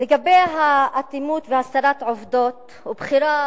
לגבי האטימות והסתרת העובדות ובחירה